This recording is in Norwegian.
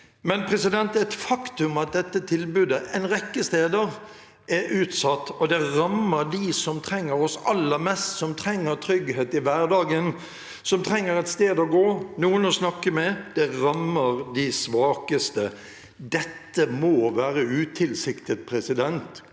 er det et faktum at dette tilbudet en rekke steder er utsatt, og det rammer dem som trenger oss aller mest – dem som trenger trygghet i hverdagen, et sted å gå og noen å snakke med. Det rammer de svakeste. Dette må være utilsiktet. Kan